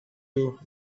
you